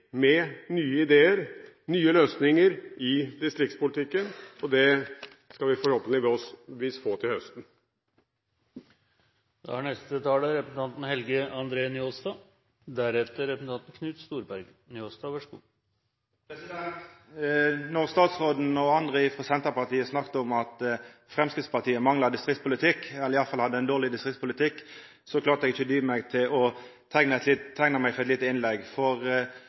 med nye ideer, nye løsninger i distriktspolitikken, og det skal vi forhåpentligvis få til høsten. Når statsråden og andre frå Senterpartiet snakka om at Framstegspartiet mangla distriktspolitikk – eller iallfall hadde ein dårleg distriktspolitikk – så klarte eg ikkje dy meg for å teikna meg til eit lite innlegg. For